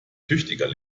tüchtiger